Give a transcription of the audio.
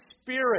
spirit